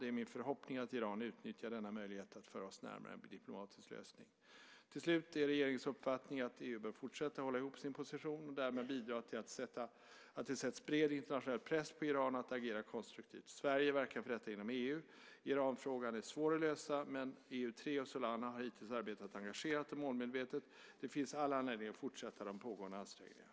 Det är min förhoppning att Iran utnyttjar denna möjlighet att föra oss närmare en diplomatisk lösning. Till slut är det regeringens uppfattning att EU bör fortsätta att hålla ihop sin position och därmed bidra till att det sätts bred internationell press på Iran att agera konstruktivt. Sverige verkar för detta inom EU. Iranfrågan är svår att lösa, men EU-3 och Solana har hittills arbetat engagerat och målmedvetet. Det finns all anledning att fortsätta de pågående ansträngningarna.